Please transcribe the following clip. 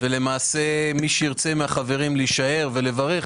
מי מן החברים שירצה להישאר ולברך,